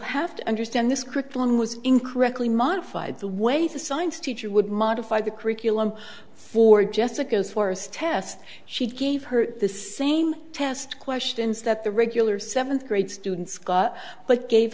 have to understand this crippling was incorrectly modified the way the science teacher would modify the curriculum for jessica's force test she gave her the same test questions that the regular seventh grade students got but gave